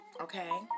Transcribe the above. Okay